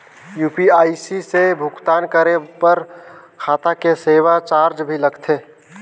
ये यू.पी.आई से भुगतान करे पर खाता से सेवा चार्ज भी लगथे?